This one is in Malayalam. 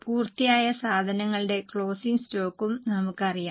പൂർത്തിയായ സാധനങ്ങളുടെ ക്ലോസിംഗ് സ്റ്റോക്കും നമുക്കറിയാം